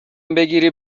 بگیری